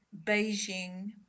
Beijing